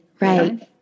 right